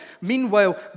Meanwhile